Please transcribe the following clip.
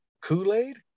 Kool-Aid